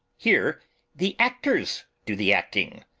here the actors do the acting.